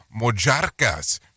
Mojarcas